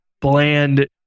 bland